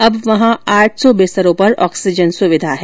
अब वहां आठ सौ बिस्तरों पर ऑक्सीजन सुविधा है